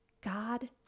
God